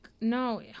no